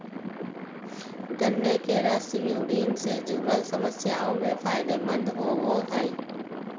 गन्ने के रस यूरिन से जूरल समस्याओं में फायदे मंद होवो हइ